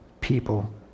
people